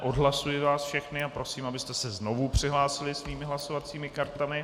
Odhlašuji vás všechny a prosím, abyste se znovu přihlásili svými hlasovacími kartami.